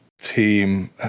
team